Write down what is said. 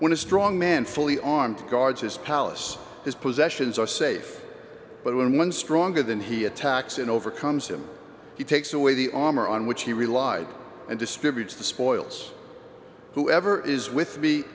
when a strong man fully armed guards his palace his possessions are safe but when one stronger than he attacks in overcomes him he takes away the armor on which he relied and distributes the spoils whoever is with